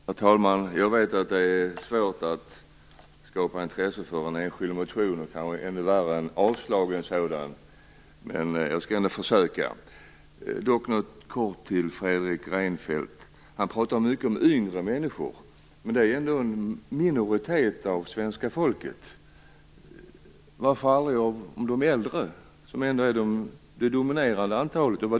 Herr talman! Jag vet att det är svårt att skapa intresse för en enskild motion. Det är kanske ännu värre när det är en avslagen sådan. Men jag skall ändå försöka. Först vill jag säga något kortfattat till Fredrik Reinfeldt. Han pratar mycket om yngre människor. De är en minoritet av svenska folket. Varför pratar man aldrig om vad de äldre tycker? De utgör ändå det dominerande antalet.